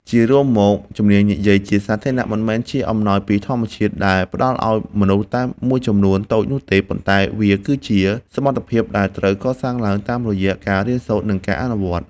ជារួមមក ជំនាញនិយាយជាសាធារណៈមិនមែនជាអំណោយពីធម្មជាតិដែលផ្ដល់ឱ្យមនុស្សតែមួយចំនួនតូចនោះទេ ប៉ុន្តែវាគឺជា សមត្ថភាពដែលត្រូវកសាងឡើងតាមរយៈការរៀនសូត្រ និងការអនុវត្ត។